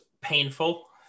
painful